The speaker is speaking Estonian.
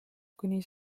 kuni